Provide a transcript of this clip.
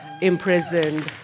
imprisoned